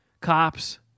cops